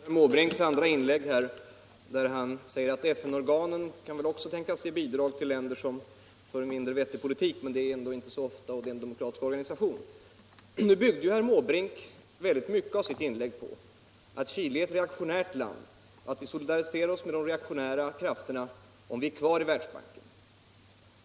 Herr talman! Jag begärde ordet med anledning av herr Måbrinks andra inlägg i debatten där han säger att FN-organen också kan tänkas ge bidrag till länder som för en reaktionär politik, men det är ändå inte så ofta, och FN är en demokratisk organisation. Herr Måbrink byggde mycket av sitt anförande på att Chile är ett reaktionärt land och att vi solidariserar oss med de reaktionära krafterna om vi stannar kvar i Världsbanken.